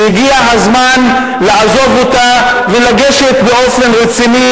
שהגיע הזמן לעזוב אותה ולגשת באופן רציני